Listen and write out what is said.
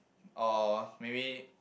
or maybe